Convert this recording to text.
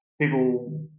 people